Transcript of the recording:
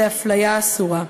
לאפליה אסורה.